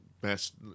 best